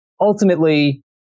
Ultimately